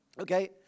Okay